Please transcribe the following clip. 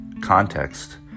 context